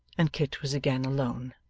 and kit was again alone.